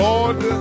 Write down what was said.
Lord